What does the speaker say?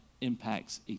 impacts